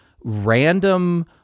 random